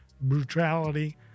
brutality